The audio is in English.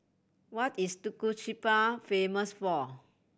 what is Tegucigalpa famous for